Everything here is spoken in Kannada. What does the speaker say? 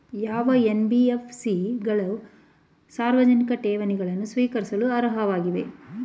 ಯಾವ ಎನ್.ಬಿ.ಎಫ್.ಸಿ ಗಳು ಸಾರ್ವಜನಿಕ ಠೇವಣಿಗಳನ್ನು ಸ್ವೀಕರಿಸಲು ಅರ್ಹವಾಗಿವೆ?